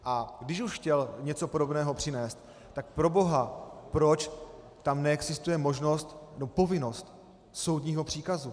A když už chtěl něco podobného přinést, tak proboha proč tam neexistuje možnost nebo povinnost soudního příkazu?